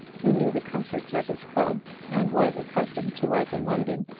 who knew the comforts of his club and was accustomed to life in london,